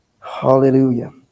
Hallelujah